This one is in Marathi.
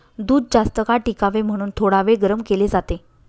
दूध जास्तकाळ टिकावे म्हणून थोडावेळ गरम केले जाते